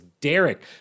Derek